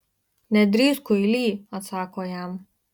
nedrįsk kuily atsako jam